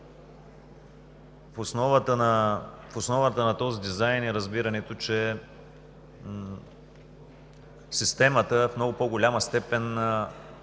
В основата на този дизайн е разбирането, че системата в много по-голяма степен